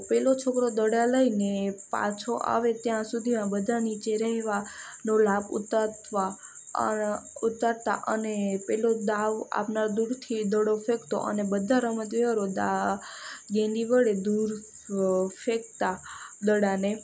પેલો છોકરો દડા લઈને પાછો આવે ત્યાં સુધી આ બધાં નીચે રહેવા નો લાભ ઉતરતા અને પેલો દાવ આપનાર દૂરથી દડો ફેંકતો અને બધાં રમતવીરો દા ગેડી વડે દૂર ફેંકતા દડાને